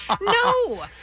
No